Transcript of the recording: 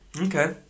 Okay